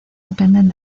dependen